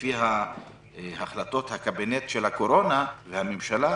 לפי החלטות הקבינט של הקורונה והממשלה,